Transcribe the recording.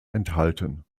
enthalten